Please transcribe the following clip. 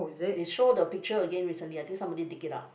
they show the picture again recently I think somebody take it out